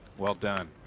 well done.